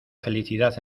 felicidad